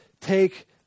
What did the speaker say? take